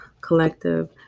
collective